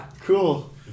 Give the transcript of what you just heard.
cool